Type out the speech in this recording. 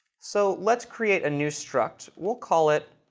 so let's create a new struct. we'll call it